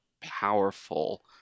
powerful